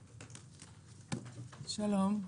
שלום,